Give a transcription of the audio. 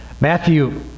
Matthew